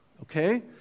Okay